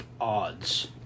odds